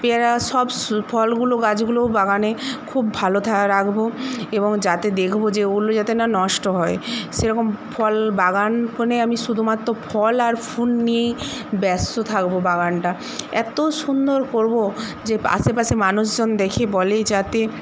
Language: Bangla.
পেঁয়ারা সব ফলগুলো গাছগুলোও বাগানে খুব ভালো রাখবো এবং যাতে দেখবো যে ওগুলো যাতে না নষ্ট হয় সেরকম ফল বাগান হলে আমি শুধুমাত্র ফল আর ফুল নিয়েই ব্যস্ত থাকবো বাগানটা এতো সুন্দর করবো যে আশেপাশে মানুষজন দেখে বলে যাতে